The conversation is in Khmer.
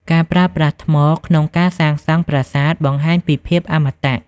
ការប្រើប្រាស់ថ្ម ក្នុងការសាងសង់ប្រាសាទបង្ហាញពីភាពអមតៈ។